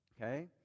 Okay